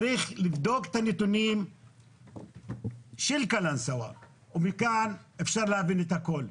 צריך לבדוק את הנתונים של קלנסואה ומכאן אפשר להבין את הכל.